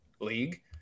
league